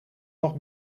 nog